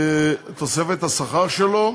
השכר שלו.